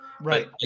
right